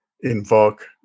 invoke